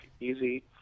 easy